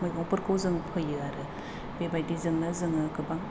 मैगंफोरखौ जों फोयो आरो बेबायदिजोंनो जों गोबां